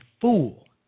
fool